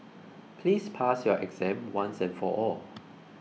please pass your exam once and for all